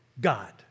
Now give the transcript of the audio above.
God